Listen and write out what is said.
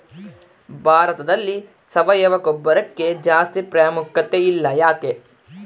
ಭಾರತದಲ್ಲಿ ಸಾವಯವ ಗೊಬ್ಬರಕ್ಕೆ ಜಾಸ್ತಿ ಪ್ರಾಮುಖ್ಯತೆ ಇಲ್ಲ ಯಾಕೆ?